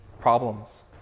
problems